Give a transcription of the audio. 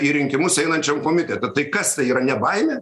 į rinkimus einančiam komitete tai kas tai yra ne baimė